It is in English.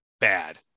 Bad